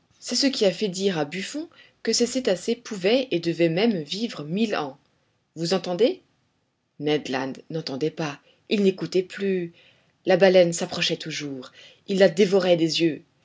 c'est ce qui a fait dire à buffon que ces cétacés pouvaient et devaient même vivre mille ans vous entendez ned land n'entendait pas il n'écoutait plus la baleine s'approchait toujours il la dévorait des yeux